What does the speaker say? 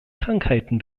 krankheiten